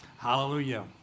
Hallelujah